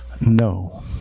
no